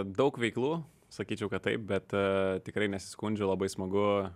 daug veiklų sakyčiau kad taip bet tikrai nesiskundžiu labai smagu